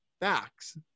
facts